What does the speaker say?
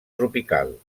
tropical